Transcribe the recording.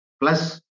plus